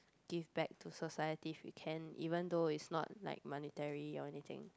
give back to society if you can even though it's not like monetary or anything